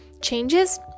changes